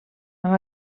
amb